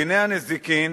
דיני הנזיקין